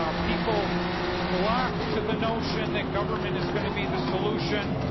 ah people flock to the notion that government is going to be the solution.